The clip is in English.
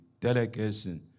delegation